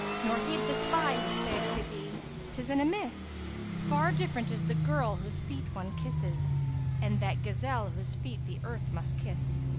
nor heed the spy who saith to thee tis an amiss far different is the girl whose feet one kisses and that gazelle whose feet the earth must kiss